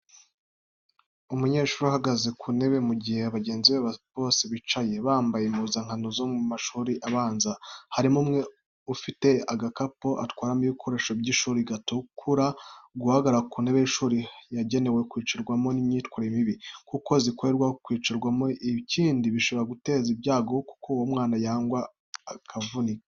Umunyeshuri uhagaze ku ntebe mu gihe bagenzi be bose bicaye, bambaye impuzankano zo mu mashuri abanza harimo umwe ufite agakapu atwaramo ibikoresho by'ishuri gatukura. Guhagarara ku ntebe y’ishuri yagenewe kwicarwaho ni imyitwarire mibi, kuko zikorerwa kwicarwaho, ikindi bishobora guteza ibyago kuko umwana yagwa akavunika.